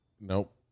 Nope